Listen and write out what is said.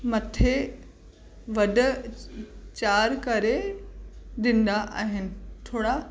मथे वढ चारि करे ॾींदा आहिनि थोरा